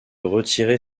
retirer